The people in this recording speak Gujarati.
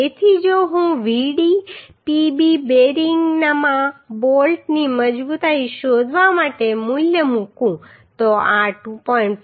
તેથી જો હું Vdpb બેરિંગમાં બોલ્ટની મજબૂતાઈ શોધવા માટે મૂલ્ય મૂકું તો આ 2